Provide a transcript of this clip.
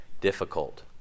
difficult